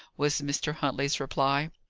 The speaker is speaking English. was mr. huntley's reply.